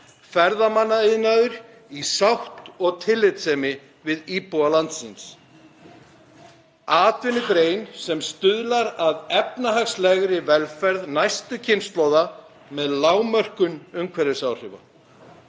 Ferðamannaiðnaður í sátt og tillitssemi við íbúa landsins, atvinnugrein sem stuðlar að efnahagslegri velferð næstu kynslóða með lágmörkun umhverfisáhrifa.